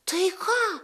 tai ką